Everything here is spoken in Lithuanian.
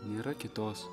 nėra kitos